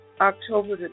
October